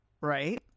right